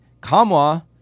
Kamwa